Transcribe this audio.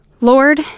Lord